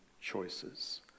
choices